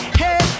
hey